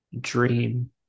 dream